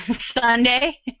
Sunday